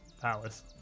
palace